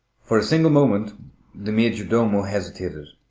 for a single moment the major-domo hesitated.